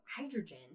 hydrogen